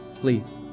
Please